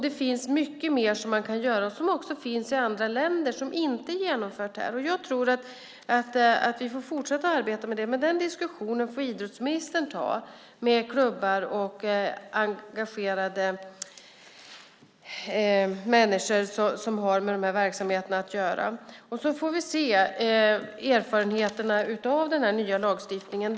Det finns mycket mer som man kan göra, också sådant som finns i andra länder men som inte är genomfört här. Jag tror att vi får fortsätta att arbeta med det, men den diskussionen får idrottsministern ta med klubbar och engagerade människor som har med de här verksamheterna att göra. Sedan får vi se vilka erfarenheterna blir av den nya lagstiftningen.